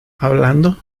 hablando